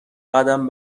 قدم